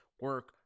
Work